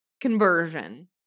Conversion